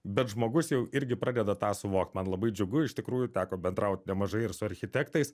bet žmogus jau irgi pradeda tą suvokt man labai džiugu iš tikrųjų teko bendraut nemažai ir su architektais